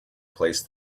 place